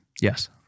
yes